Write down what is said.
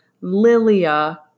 Lilia